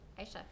Aisha